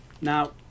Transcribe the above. Now